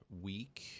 week